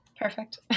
Perfect